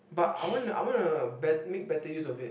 but I want I wanna uh bet make better use of it